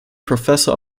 professor